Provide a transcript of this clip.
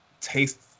taste